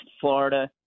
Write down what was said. Florida